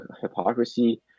hypocrisy